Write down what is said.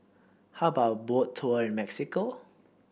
how about a Boat Tour in Mexico